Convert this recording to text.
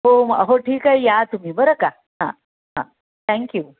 हो हो ठीक आहे या तुम्ही बरं का हां हां थँक्यू